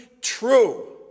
true